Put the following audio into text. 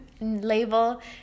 label